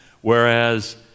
whereas